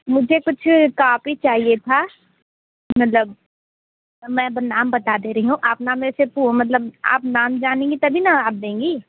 मुझे कुछ कापी चाहिए था मतलब मैं अब नाम बता दे रही हूँ आप न मेरे से पू मतलब आप नाम जानेंगी तभी ना आप देंगी